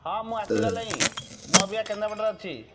ହଁ ମୁଁ ଆସିଗଲିଇଁ ମୁଁ ଅବିକା କେନ୍ଦ୍ରାପଡ଼ାରେ ଅଛି